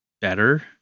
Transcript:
better